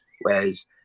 Whereas